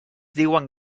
diuen